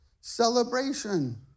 celebration